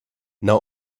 now